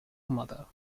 mother